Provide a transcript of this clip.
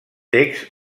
text